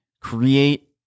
create